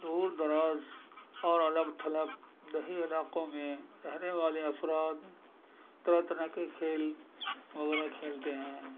دور دراز اور الگ تھلگ دیہی علاقوں میں رہنے والے افراد طرح طرح کے کھیل وغیرہ کھیلتے ہیں